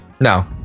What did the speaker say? no